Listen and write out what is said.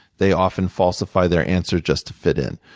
they often falsify their answer just to fit in.